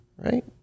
right